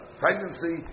pregnancy